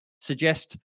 suggest